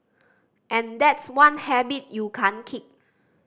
and that's one habit you can't kick